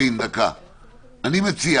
אני מציע